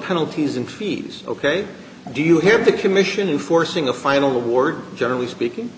penalties and fees ok do you hear the commission in forcing a final award generally speaking